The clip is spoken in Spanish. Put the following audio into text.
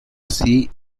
así